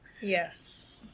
Yes